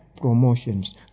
promotions